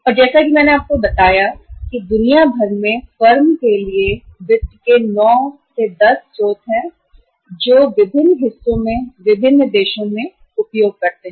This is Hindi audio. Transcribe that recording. और जैसा कि मैंने आपको बताया कि दुनिया भर में वित्त के 9 10 स्रोत हैं दुनिया के विभिन्न हिस्सों में विभिन्न देशों में फर्म इसका उपयोग करते हैं